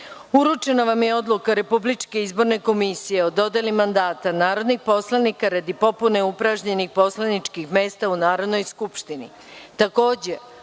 vam je odluka Republičke izborne komisije od dodeli mandata narodnih poslanika radi popune upražnjenih poslaničkih mesta u Narodnoj skupštini. Takođe,